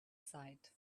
sight